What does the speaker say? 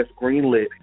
greenlit